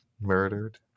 murdered